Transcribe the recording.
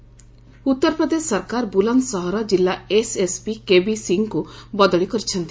ବୁଲନ୍ଦସହର ଉତ୍ତରପ୍ରଦେଶ ସରକାର ବୁଲନ୍ଦସହର ଜିଲ୍ଲା ଏସ୍ଏସ୍ପି କେବି ସିଂଙ୍କୁ ବଦଳି କରିଛନ୍ତି